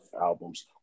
albums